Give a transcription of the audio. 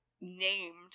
named